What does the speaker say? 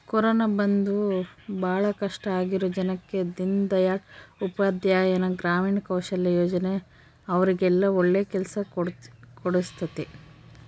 corona ಬಂದು ಭಾಳ ಕಷ್ಟ ಆಗಿರೋ ಜನಕ್ಕ ದೀನ್ ದಯಾಳ್ ಉಪಾಧ್ಯಾಯ ಗ್ರಾಮೀಣ ಕೌಶಲ್ಯ ಯೋಜನಾ ಅವ್ರಿಗೆಲ್ಲ ಒಳ್ಳೆ ಕೆಲ್ಸ ಕೊಡ್ಸುತ್ತೆ